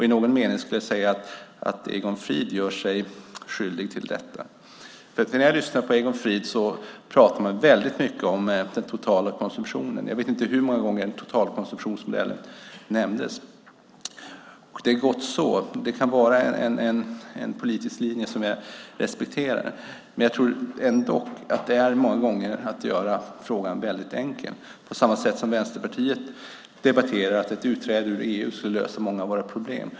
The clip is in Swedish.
I någon mening skulle jag vilja säga att Egon Frid gör sig skyldig till detta. När jag lyssnar på Egon Frid hör jag att han pratar väldigt mycket om den totala konsumtionen. Jag vet inte hur många gånger totalkonsumtionsmodellen nämndes. Det är gott så. Det kan vara en politisk linje som jag respekterar, men jag tror ändock att det många gånger är att göra frågan väldigt enkel, på samma sätt som Vänsterpartiet debatterar att ett utträde ur EU skulle lösa många av våra problem.